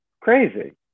crazy